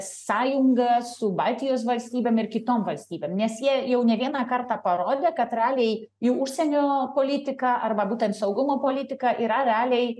sąjungą su baltijos valstybėm ir kitom valstybėm nes jie jau ne vieną kartą parodė kad realiai jų užsienio politika arba būtent saugumo politika yra realiai